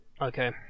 Okay